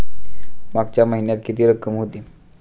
मागच्या महिन्यात किती रक्कम होती?